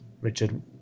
Richard